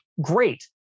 Great